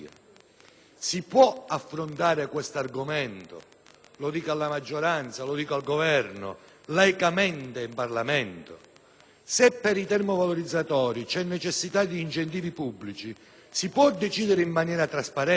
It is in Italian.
Si può affrontare questo argomento - mi rivolgo alla maggioranza e al Governo - laicamente in Parlamento? Se per i termovalorizzatori c'è necessità di incentivi pubblici, si può decidere in maniera trasparente?